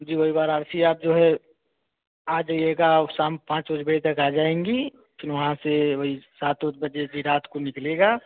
जी वही वाराणसी आप जो है आ जाइएगा शाम पाँच बजे तक आ जाएँगी फिर वहाँ से वही सात उत बजे रात को निकलेगी